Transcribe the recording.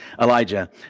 Elijah